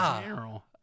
general